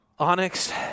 Onyx